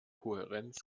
kohärenz